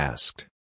Asked